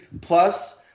plus